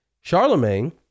charlemagne